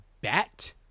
bat